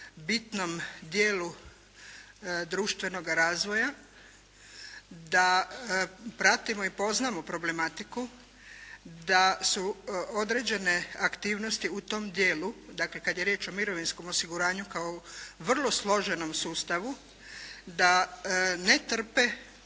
bitnom dijelu društvenoga razvoja, da pratimo i poznamo problematiku, da su određene aktivnosti u tom dijelu, dakle kad je riječ o mirovinskom osiguranju kao vrlo složenom sustavu, da ne trpe